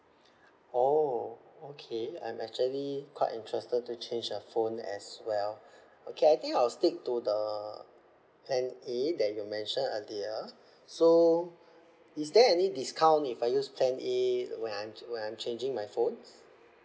oh okay I'm actually quite interested to change a phone as well okay I think I'll stick to the plan A that you mentioned earlier so is there any discount if I use plan A when I'm when I'm changing my phones